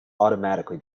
automatically